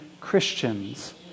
Christians